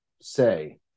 say